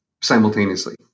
simultaneously